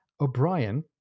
O'Brien